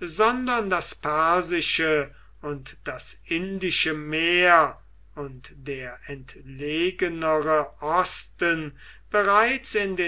sondern das persische und das indische meer und der entlegenere osten bereits in